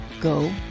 go